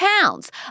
pounds